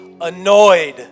annoyed